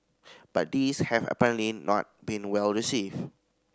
but these have apparently not been well received